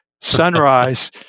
sunrise